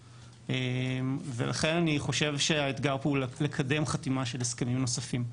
לכן אני חושב שהאתגר פה הוא לקדם חתימה של הסכמים נוספים.